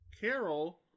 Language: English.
Carol